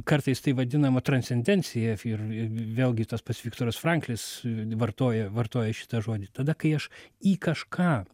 kartais tai vadinama transcendencija ir vėlgi tas pats viktoras franklis vartoja vartojo šitą žodį tada kai aš į kažką